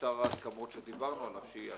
שאר ההסכמות שדיברנו עליו שיהיה השבוע.